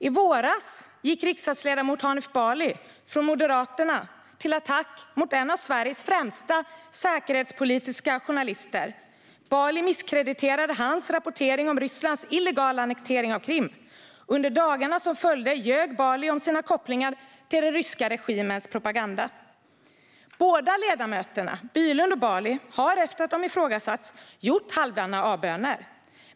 I våras gick riksdagsledamoten Hanif Bali, Moderaterna, till attack mot en av Sveriges främsta säkerhetspolitiska journalister. Bali misskrediterade hans viktiga rapportering om Rysslands illegala annektering av Krim. Under dagarna som följde ljög Bali om sina kopplingar till den ryska regimens propaganda. Båda ledamöterna, Bylund och Bali, har efter att de ifrågasatts gjort halvdana avböner.